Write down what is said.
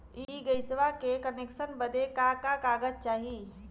इ गइसवा के कनेक्सन बड़े का का कागज चाही?